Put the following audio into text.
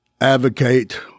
advocate